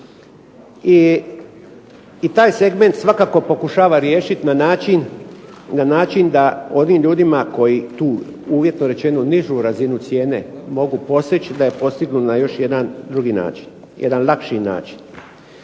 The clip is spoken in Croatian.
I taj segment svakako pokušava riješiti na način da onim ljudima koji tu uvjetno rečeno nižu razine cijene mogu postići da je postignu na jedan drugi način, jedan lakši način.